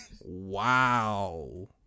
Wow